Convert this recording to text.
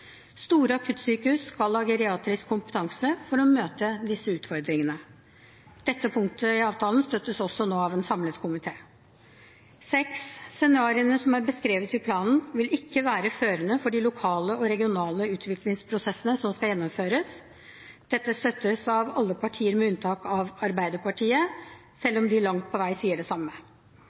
Store akuttsykehus skal ha geriatrisk kompetanse for å møte disse utfordringene. Dette punktet i avtalen støttes også nå av en samlet komité. Scenarioene som er beskrevet i planen, vil ikke være førende for de lokale og regionale utviklingsprosessene som skal gjennomføres. Dette støttes av alle partier med unntak av Arbeiderpartiet, selv om de langt på vei sier det samme.